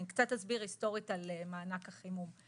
אני קצת אסביר היסטורית על מענק החימום.